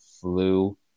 flu